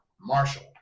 marshall